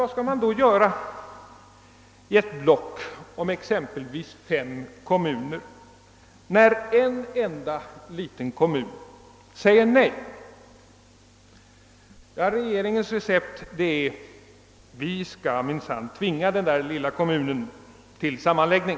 Vad skall man då göra i eti block om exempelvis fem kommuner, när en enda liten kommun säger nej till sammanläggningen? Regeringens recept är: Vi skall minsann tvinga den lilla kommunen till sammanläggning!